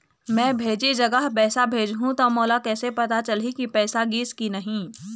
मैं भेजे जगह पैसा भेजहूं त मोला कैसे पता चलही की पैसा गिस कि नहीं?